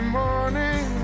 morning